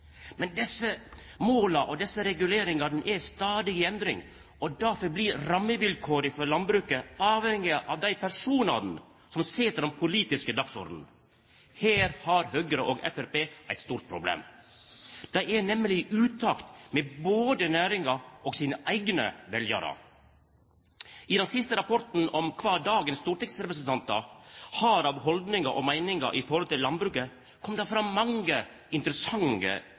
Men desse måla og reguleringane er stadig i endring, og difor blir rammevilkåra for landbruket avhengige av dei personane som set den politiske dagsordenen. Her har Høgre og Framstegspartiet eit stort problem. Dei er nemleg i utakt, både med næringa og sine eigne veljarar. I den siste rapporten om kva dagens stortingsrepresentantar har av holdningar og meiningar når det gjeld landbruket, kom det fram mange interessante